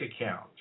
account